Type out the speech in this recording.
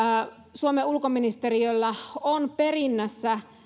suomen ulkoministeriöllä on perinnässä